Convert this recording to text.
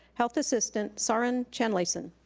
health assistant, sourin chanlasen.